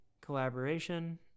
collaboration